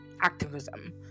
Activism